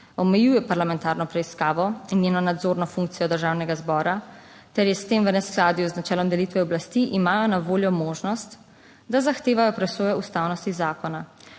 omejuje parlamentarno preiskavo in njeno nadzorno funkcijo državnega zbora ter je s tem v neskladju z načelom delitve oblasti, imajo na voljo možnost, da zahtevajo presojo ustavnosti zakona